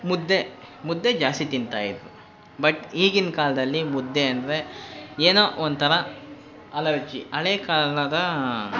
ಮುದ್ದೆ ಮುದ್ದೆ ಜಾಸ್ತಿ ತಿಂತಾ ಇದ್ದರು ಬಟ್ ಈಗಿನ ಕಾಲದಲ್ಲಿ ಮುದ್ದೆ ಅಂದರೆ ಏನೋ ಒಂಥರ ಅಲರ್ಜಿ ಹಳೆ ಕಾಲದ